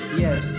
yes